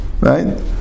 right